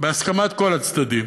בהסכמת כל הצדדים,